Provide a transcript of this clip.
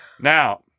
Now